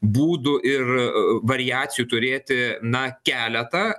būdų ir variacijų turėti na keletą